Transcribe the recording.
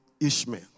Ishmael